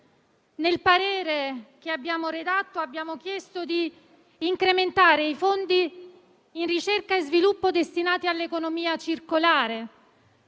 risoluzione che abbiamo redatto abbiamo chiesto di incrementare i fondi in ricerca e sviluppo destinati all'economia circolare,